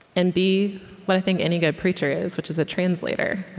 and be what i think any good preacher is, which is a translator